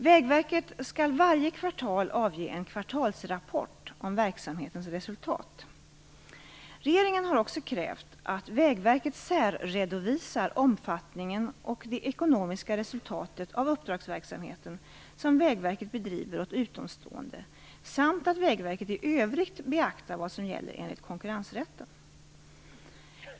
Vägverket skall varje kvartal avge en kvartalsrapport om verksamhetens resultat. Regeringen har också krävt att Vägverket särredovisar omfattningen och det ekonomiska resultatet av uppdragsverksamheten som Vägverket bedriver åt utomstående samt att Vägverket i övrigt beaktar vad som gäller enligt konkurrensrätten.